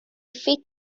fit